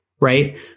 right